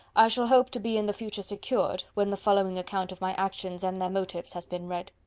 i shall hope to be in the future secured, when the following account of my actions and their motives has been read.